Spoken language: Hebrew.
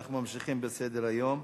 ואנחנו ממשיכים בסדר-היום.